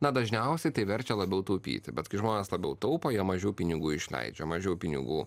na dažniausiai tai verčia labiau taupyti bet kai žmonės labiau taupo jie mažiau pinigų išleidžia mažiau pinigų